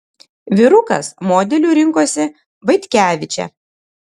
vyrukas modeliu rinkosi vaitkevičę